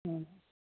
હ